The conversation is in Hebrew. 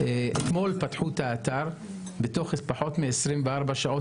אתמול פתחו את האתר ובתוך פחות מ-24 שעות